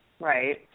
right